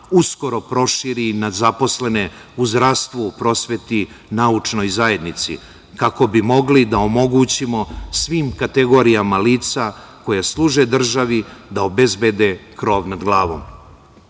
uskoro proširi i na zaposlene u zdravstvu, prosveti, naučnoj zajednici, kako bi mogli da omogućimo svim kategorijama lica koja služe državi da obezbede krov nad